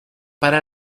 para